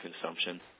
consumption